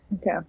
Okay